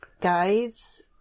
guides